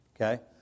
okay